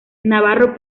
navarro